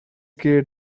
keer